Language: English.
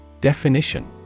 Definition